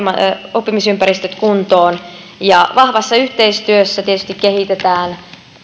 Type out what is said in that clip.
oppimisympäristöt kuntoon ja vahvassa yhteistyössä tietysti kehitetään